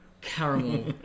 caramel